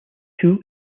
two